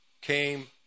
came